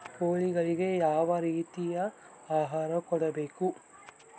ಕೋಳಿಗಳಿಗೆ ಯಾವ ರೇತಿಯ ಆಹಾರ ಕೊಡಬೇಕು?